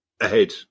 ahead